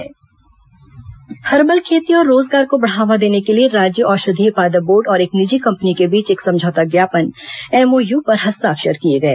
herbal MOU herbal खेती और रोजगार को बढ़ावा देने के लिए राज्य औषधीय पादप बोर्ड और एक निजी कंपनी के बीच एक समझौता ज्ञापन एमओयू पर हस्ताक्षर किए गए